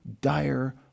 dire